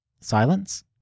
Silence